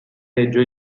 reggio